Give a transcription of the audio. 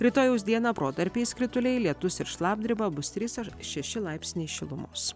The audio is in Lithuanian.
rytojaus dieną protarpiais krituliai lietus ir šlapdriba bus trys šeši laipsniai šilumos